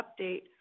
update